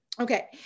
Okay